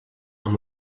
amb